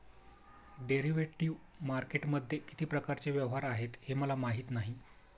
derivative मार्केटमध्ये किती प्रकारचे व्यवहार आहेत हे मला माहीत नाही